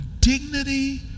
dignity